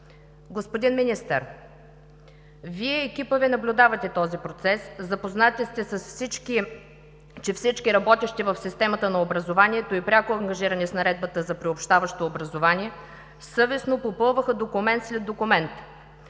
Господин Министър, Вие и екипът Ви наблюдавате този процес, запознати сте, че всички, работещи в системата на образованието и пряко ангажирани с наредбата за приобщаващо образование съвестно попълваха документ след документ,